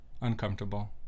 Uncomfortable